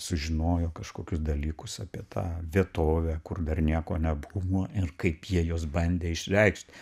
sužinojo kažkokius dalykus apie tą vietovę kur dar nieko nebuvo ir kaip jie juos bandė išreikšt